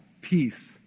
peace